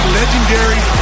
legendary